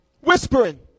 whispering